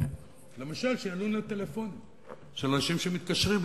למשל, שיענו לטלפונים של אנשים שמתקשרים לשם.